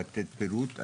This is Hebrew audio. לתת פירוט.